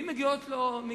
אם מגיעים לו קומפלימנטים,